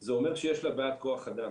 זה אומר שיש לה בעיית כוח אדם.